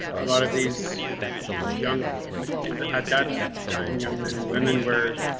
a lot of these young and at that time young men and women wear.